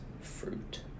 fruit